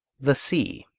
the sea